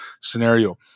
scenario